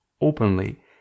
openly